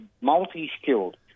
multi-skilled